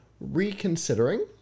reconsidering